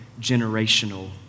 generational